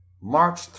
March